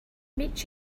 meet